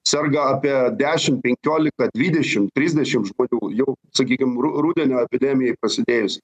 serga apie dešim penkiolika dvidešim trisdešim žmonių jau sakykim ru rudenio epidemijai prasidėjus